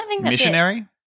Missionary